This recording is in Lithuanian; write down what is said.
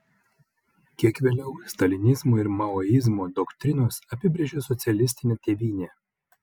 kiek vėliau stalinizmo ir maoizmo doktrinos apibrėžė socialistinę tėvynę